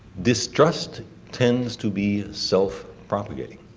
distrust tends to be self-propagating.